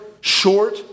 short